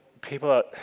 people